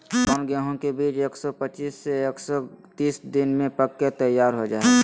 कौन गेंहू के बीज एक सौ पच्चीस से एक सौ तीस दिन में पक के तैयार हो जा हाय?